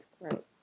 right